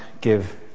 give